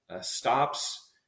stops